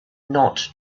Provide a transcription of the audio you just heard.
not